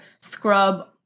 scrub